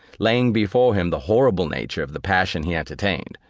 laying before him the horrible nature of the passion he entertained,